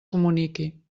comuniqui